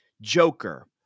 Joker